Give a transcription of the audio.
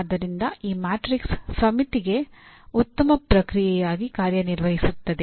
ಆದ್ದರಿಂದ ಆ ಮ್ಯಾಟ್ರಿಕ್ಸ್ ಸಮಿತಿಗೆ ಉತ್ತಮ ಪ್ರತಿಕ್ರಿಯೆಯಾಗಿ ಕಾರ್ಯನಿರ್ವಹಿಸುತ್ತದೆ